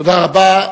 תודה רבה.